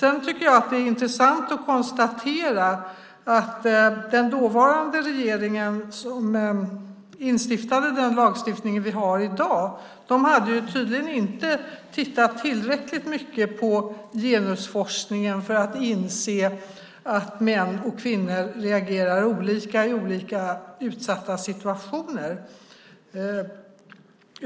Jag tycker att det är intressant att konstatera att den dåvarande regeringen, som instiftade den lag vi har i dag, tydligen inte hade tittat tillräckligt mycket på genusforskningen för att inse att män och kvinnor reagerar olika i olika utsatta situationer.